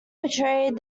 portrayed